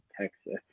Texas